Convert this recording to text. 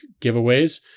giveaways